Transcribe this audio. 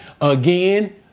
Again